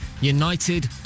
United